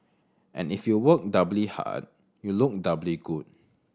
and if you work doubly hard you look doubly good